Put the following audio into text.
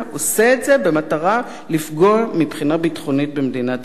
את זה במטרה לפגוע מבחינה ביטחונית במדינת ישראל.